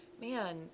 man